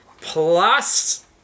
plus